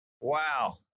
Wow